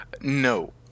No